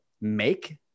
make